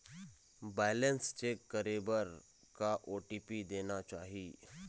Balance check करे बर का ओ.टी.पी देना चाही?